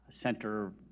Center